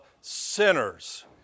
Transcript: sinners